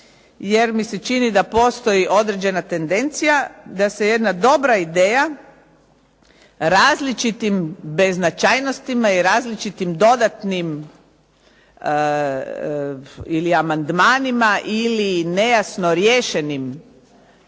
jer mi se čini da postoji određena tendencija da se jedna dobra ideja različitim beznačajnostima i različitim dodatnim ili amandmanima ili nejasno riješenim